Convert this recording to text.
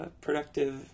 productive